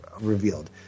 revealed